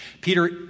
Peter